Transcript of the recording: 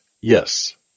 yes